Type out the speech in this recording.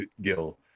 Gill